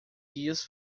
guias